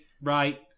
right